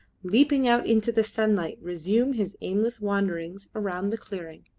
leaping out into the sunlight, resume his aimless wanderings around the clearing.